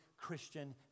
Christian